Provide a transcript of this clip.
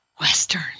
Western